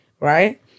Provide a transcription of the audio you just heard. Right